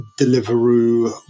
Deliveroo